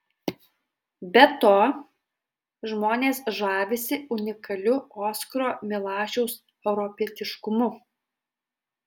be to žmonės žavisi unikaliu oskaro milašiaus europietiškumu